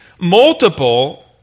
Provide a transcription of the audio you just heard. multiple